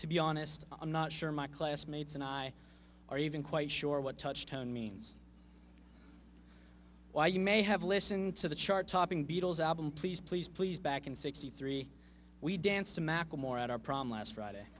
to be honest i'm not sure my classmates and i are even quite sure what touch tone means why you may have listened to the chart topping beatles album please please please back in sixty three we dance to macklemore at our problem last friday